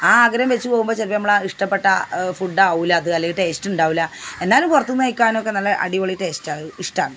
ആ ആഗ്രഹം വെച്ചു പോകുമ്പോൾ ചിലപ്പോൾ നമ്മളാ ഇഷ്ടപ്പെട്ട ഫുഡ്ഡാകില്ല അത് അല്ലെങ്കിൽ ടേസ്റ്റുണ്ടാകില്ല എന്നാലും പുറത്തു നിന്നു കഴിക്കാനൊക്കെ നല്ല അടിപൊളി ടേസ്റ്റാണ് ഇഷ്ടമാണ്